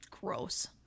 Gross